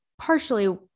partially